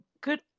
good